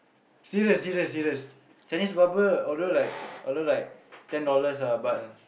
serious serious serious Chinese barber although like although like ten dollars ah but